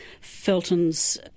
Felton's